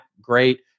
great